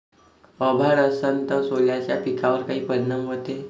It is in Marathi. अभाळ असन तं सोल्याच्या पिकावर काय परिनाम व्हते?